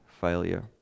failure